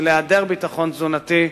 של העדר ביטחון תזונתי,